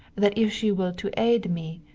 that if she will to aid me,